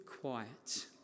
quiet